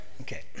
Okay